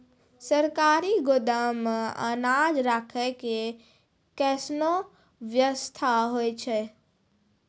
सरकारी गोदाम मे अनाज राखै के कैसनौ वयवस्था होय छै?